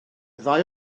ddau